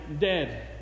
dead